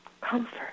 Comfort